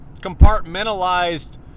compartmentalized